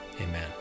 amen